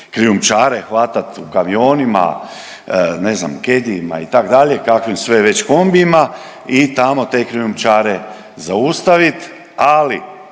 krijumčare hvatat u kamionima, ne znam Caddy-ima itd. kakvim sve već kombijima i tamo te krijumčare zaustavit, ali